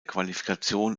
qualifikation